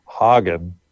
Hagen